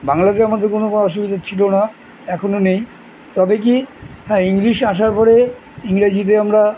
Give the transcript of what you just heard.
বাংলাতে আমাদের কোনও কোনও অসুবিধা ছিল না এখনও নেই তবে কি হ্যাঁ ইংলিশ আসার পরে ইংরেজিতে আমরা